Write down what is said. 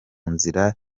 nzira